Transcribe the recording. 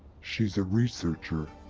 she's a researcher.